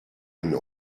den